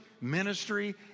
ministry